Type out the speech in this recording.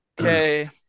Okay